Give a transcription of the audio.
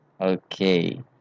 Okay